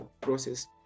process